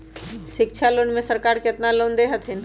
शिक्षा लोन में सरकार केतना लोन दे हथिन?